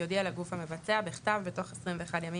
יודיע לגוף המבצע בכתב בתוך 21 ימים